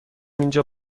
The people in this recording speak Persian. اینجا